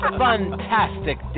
fantastic